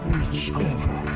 Whichever